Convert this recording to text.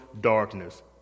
darkness